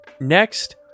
next